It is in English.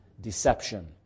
deception